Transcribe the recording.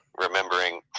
remembering